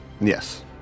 Yes